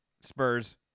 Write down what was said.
Spurs